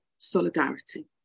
solidarity